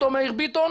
אותו מאיר ביטון.